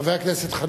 חבר הכנסת חנין.